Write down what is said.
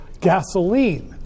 gasoline